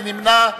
מי נמנע?